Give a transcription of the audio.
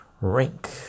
rank